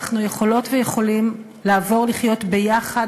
אנחנו יכולות ויכולים לעבור לחיות ביחד,